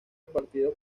partidos